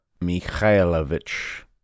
Mikhailovich